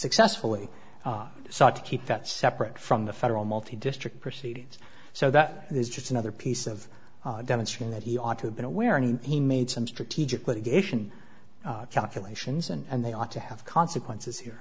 successfully sought to keep that separate from the federal multi district proceedings so that is just another piece of demonstrating that he ought to have been aware and he made some strategic litigation calculations and they ought to have consequences here